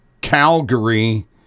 Calgary